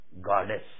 Goddess